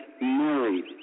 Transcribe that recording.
married